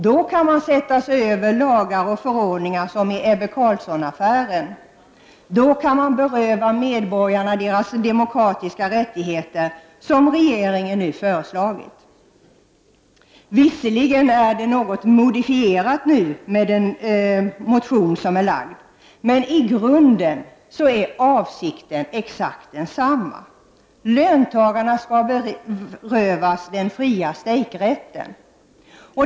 Då kan man sätta sig över lagar och förordningar, som i Ebbe Carlsson-affären, och då kan man beröva medborgarna deras demokratiska rättigheter, vilket regeringen nu föreslagit. Förslaget är nu visserligen något modifierat i och med den väckta motionen, men i grunden är avsikten exakt densamma — löntagarna skall berövas den fria strejkrätten.